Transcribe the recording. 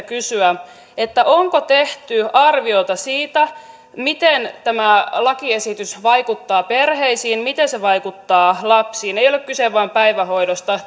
kysyä onko tehty arviota siitä miten tämä lakiesitys vaikuttaa perheisiin miten se vaikuttaa lapsiin ei ole kyse vain päivähoidosta